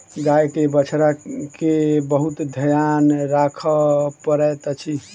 गाय के बछड़ा के बहुत ध्यान राखअ पड़ैत अछि